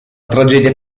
tragedia